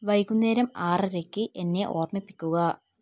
വൈകുന്നേരം ആറരയ്ക്ക് എന്നെ ഓർമ്മിപ്പിക്കുക